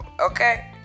Okay